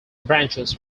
branches